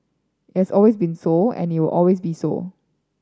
it has always been so and it will always be so